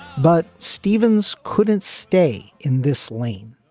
but stevens couldn't stay in this lane.